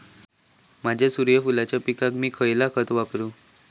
माझ्या सूर्यफुलाच्या पिकाक मी खयला खत वापरू?